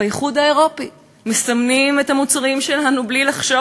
באיחוד האירופי מסמנים את המוצרים שלנו בלי לחשוב